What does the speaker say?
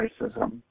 racism